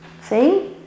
See